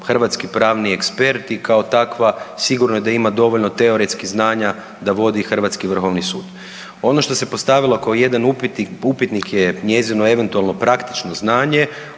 hrvatski pravni ekspert i kao takva sigurno je da ima dovoljno teoretskih znanja da vodi hrvatski Vrhovni sud. Ono što se postavilo kao jedan upitnik je njezino eventualno praktično znanje,